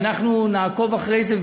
ואנחנו נעקוב אחרי זה,